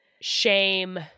shame